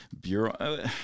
Bureau